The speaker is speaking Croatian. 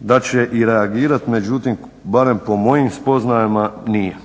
da će i reagirat, međutim barem po mojim spoznajama nije.